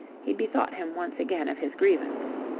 he bethought him once again of his grievance.